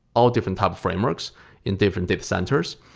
all different type of frameworks in different data centers.